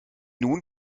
nun